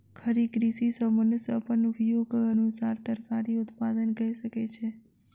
खड़ी कृषि सॅ मनुष्य अपन उपयोगक अनुसार तरकारी उत्पादन कय सकै छै